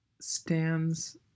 stands